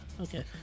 okay